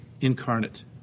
incarnate